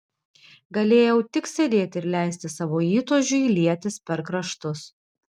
galėjau tik sėdėti ir leisti savo įtūžiui lietis per kraštus